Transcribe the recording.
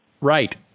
Right